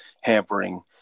hampering